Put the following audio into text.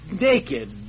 Naked